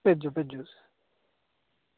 भेजो भेजो उसी